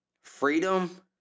freedom